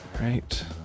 Right